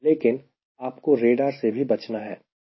लेकिन आपको रेडार से भी बचना है